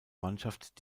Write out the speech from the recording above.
mannschaft